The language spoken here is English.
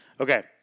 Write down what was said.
Okay